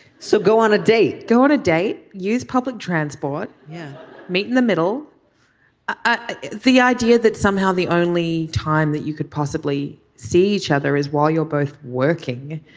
so go on a date go on a date. use public transport. yeah. meet in the middle ah the idea that somehow the only time that you could possibly see each other is while you're both working